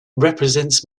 represents